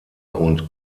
und